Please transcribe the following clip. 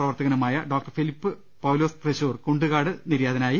പ്രവർത്തകനുമായ doctor Philip Paulose Thrissur Kundukad വീട്ടിൽ നിര്യാതനായി